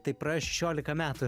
tai praėjo šešiolika metų